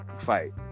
fight